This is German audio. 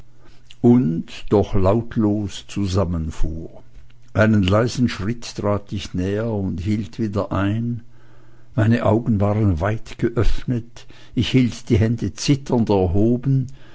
und doch lautlos zusammenfuhr einen leisen schritt trat ich näher und hielt wieder ein meine augen waren weit geöffnet ich hielt die hände zitternd erhoben